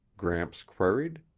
gramps queried.